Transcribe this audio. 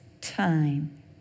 time